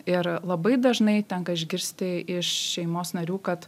ir labai dažnai tenka išgirsti iš šeimos narių kad